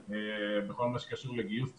התחילה בכל מה שקשור לגיוס תקנים,